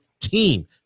team